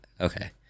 Okay